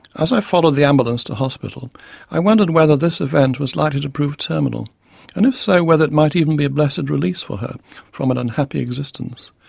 as i followed the ambulance to hospital i wondered whether this event was likely to prove terminal and, if so, whether it might even be a blessed release for her from an unhappy existence.